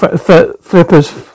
Flipper's